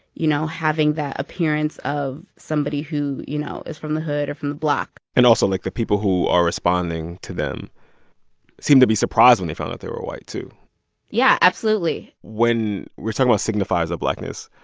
you know, having that appearance of somebody who, you know, is from the hood or from the block and also, like, the people who are responding to them seemed to be surprised when they found out they were white too yeah, absolutely when we're talking about signifiers of blackness,